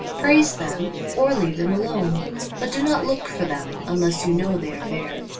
praise them or leave them alone but do not look for them unless you know they are there.